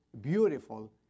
beautiful